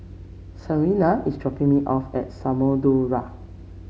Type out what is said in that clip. Serena is dropping me off at Samudera